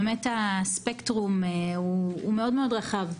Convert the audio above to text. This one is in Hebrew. באמת הספקטרום הוא מאוד-מאוד רחב.